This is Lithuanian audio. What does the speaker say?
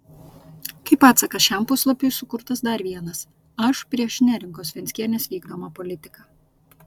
kaip atsakas šiam puslapiui sukurtas dar vienas aš prieš neringos venckienės vykdomą politiką